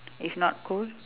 if not cold